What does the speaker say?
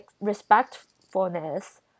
respectfulness